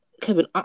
Kevin